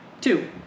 Two